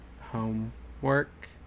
homework